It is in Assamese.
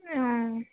অঁ